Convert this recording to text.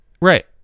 Right